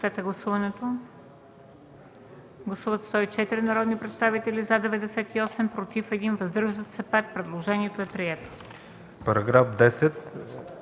Параграф 1,